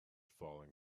falling